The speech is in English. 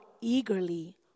eagerly